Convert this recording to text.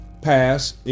pass